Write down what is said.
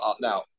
now